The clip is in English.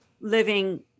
living